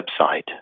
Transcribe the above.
website